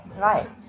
Right